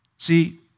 See